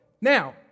now